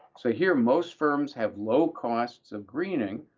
so here most firms have low costs of greening.